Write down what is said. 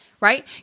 right